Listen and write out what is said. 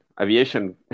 Aviation